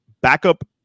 backup